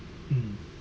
mm